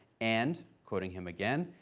and, quoting him again,